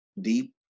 deep